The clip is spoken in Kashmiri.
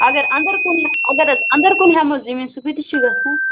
اگر اَنٛدَر کُنُے آسہِ اگر حظ انٛدر کُن ہٮ۪مو زٔمیٖن سُہ کۭتِس چھُ گژھان